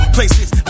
Places